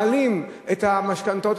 מעלים את המשכנתאות,